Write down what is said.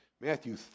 Matthew